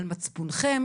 על מצפונכם.